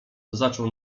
zaczął